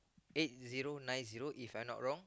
eight zero nine zero If I not wrong